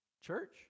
Church